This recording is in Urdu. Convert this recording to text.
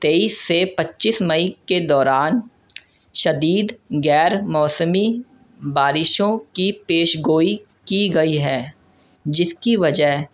تیئیس سے پچیس مئی کے دوران شدید غیر موسمی بارشوں کی پیش گوئی کی گئی ہے جس کی وجہ